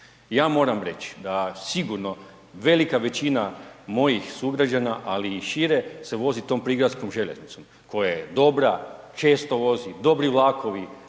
Ja moram reći da sigurno velika većina mojih sugrađana, ali i šire se vozi tom prigradskom željeznicom koja je dobra, često vozi, dobri vlakovi,